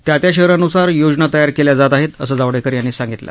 त्या त्या शहरानुसार योजना तयार केल्या जात आहे असं जावडेकर यांनी सांगितलं